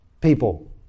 people